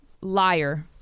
liar